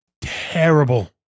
terrible